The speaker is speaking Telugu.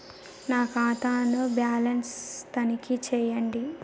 నా ఖాతా ను బ్యాలన్స్ తనిఖీ చేయండి?